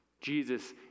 jesus